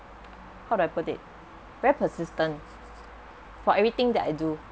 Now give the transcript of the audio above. how I put it very persistent for everything that I do